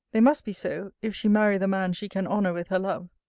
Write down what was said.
they must be so, if she marry the man she can honour with her love.